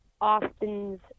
Austin's